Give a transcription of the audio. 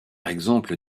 exemple